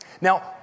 Now